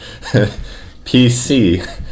PC